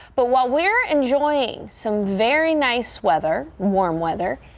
but while we're enjoying some very nice weather warm weather.